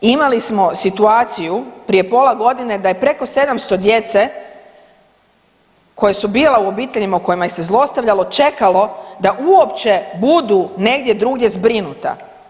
Imali smo situaciju prije pola godine da je preko 700 djece koja su bila u obiteljima u kojima ih se zlostavljalo čekalo da uopće budu negdje drugdje zbrinuta.